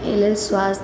एहिलेल स्वास्थ्य